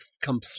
come